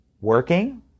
working